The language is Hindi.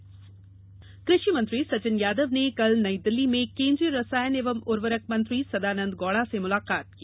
कृषिमंत्री मुलाकात कृषि मंत्री सचिन यादव ने कल नई दिल्ली में केन्द्रीय रसायन एवं उर्वरक मंत्री सदानंद गौड़ा से मुलाकात की